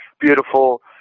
beautiful